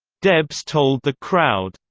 debs told the crowd.